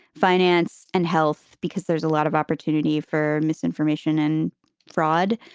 finance and health, because there's a lot of opportunity for misinformation and fraud.